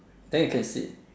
then you can sit